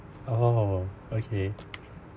oh okay